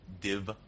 div